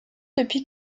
depuis